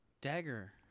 Dagger